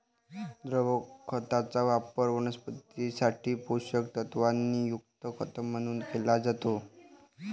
द्रव खताचा वापर वनस्पतीं साठी पोषक तत्वांनी युक्त खत म्हणून केला जातो